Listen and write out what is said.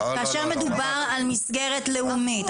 כאשר מדובר על מסגרת לאומית,